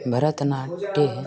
भरतनाट्ये